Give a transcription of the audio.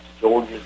georgia